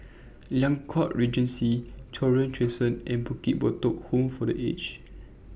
Liang Court Regency Cochrane Crescent and Bukit Batok Home For The Aged